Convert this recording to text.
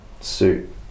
suit